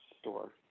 store